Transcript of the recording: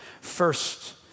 first